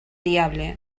diable